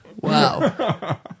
Wow